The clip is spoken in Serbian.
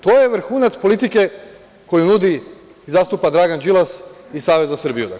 To je vrhunac politike koju nudi i zastupa Dragan Đilas i Savez za Srbiju.